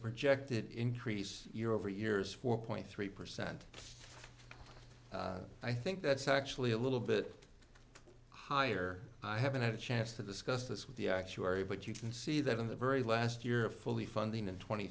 projected increase year over year is four point three percent i think that's actually a little bit higher i haven't had a chance to discuss this with the actuary but you can see that in the very last year of fully funding in twenty